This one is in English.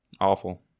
Awful